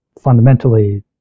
fundamentally